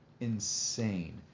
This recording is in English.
insane